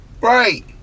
Right